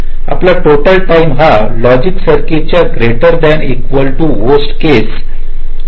आपला total time हा logic circuit च्या greater than equal to worst case delay असेल